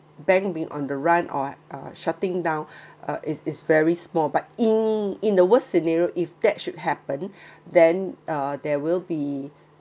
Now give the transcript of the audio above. bank being on the run or uh shutting down uh is is very small but in in the worst scenario if that should happen then uh there will be